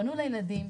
פנו לילדים,